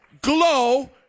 glow